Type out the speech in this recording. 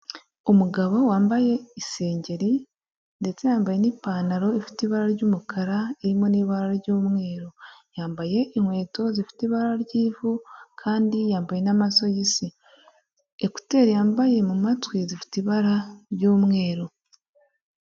Umugabo wambaye isengeri ndetse yambaye n'ipantaro ifite ibara ry'umukara, irimo n'ibara ry'umweru. Yambaye inkweto zifite ibara ry'ivu kandi yambaye n'amasogisi. Ekuteri yambaye mu matwi zifite ibara ry'umweru.